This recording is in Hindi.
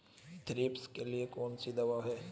थ्रिप्स के लिए कौन सी दवा है?